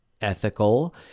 ethical